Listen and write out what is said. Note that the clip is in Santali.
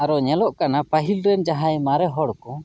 ᱟᱨᱚ ᱧᱮᱞᱚᱜ ᱠᱟᱱᱟ ᱯᱟᱹᱦᱤᱞ ᱨᱮᱱ ᱡᱟᱦᱟᱸᱭ ᱢᱟᱨᱮ ᱦᱚᱲ ᱠᱚ